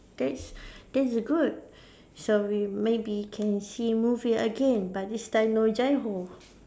that's that's good so we maybe can see movie again but this time no Jai Ho